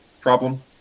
problem